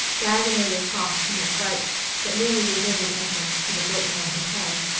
diagonally across from the bright but nearly deserted entrance to the biltmore hotel.